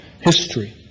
history